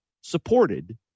supported